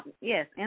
yes